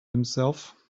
himself